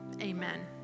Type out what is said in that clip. amen